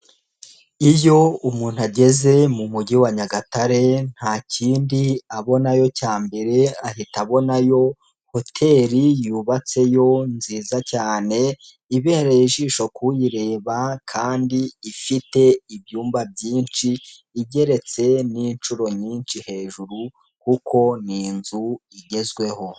Iyo umuntu ageze mu mujyi wa Nyagatare ntakindi abonayo cya mbere, ahita abonayo hoteli yubatseyo nziza cyane, ibereye ijisho kuyireba kandi ifite ibyumba byinshi, igeretse n'inshuro nyinshi hejuru kuko n'inzu igezweho.